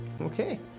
Okay